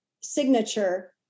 Signature